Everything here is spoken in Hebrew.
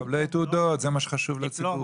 מקבלי תעודות, זה מה שחשוב לציבור.